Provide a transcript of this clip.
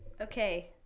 Okay